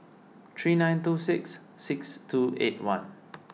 three nine two six six two eight one